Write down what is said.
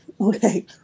okay